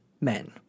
men